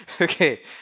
Okay